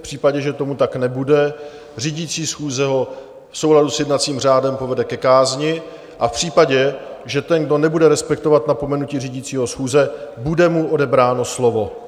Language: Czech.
V případě, že tomu tak nebude, řídící schůze ho v souladu s jednacím řádem povede ke kázni, a v případě, že tento nebude respektovat napomenutí řídícího schůze, bude mu odebráno slovo.